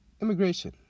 immigration